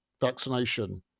vaccination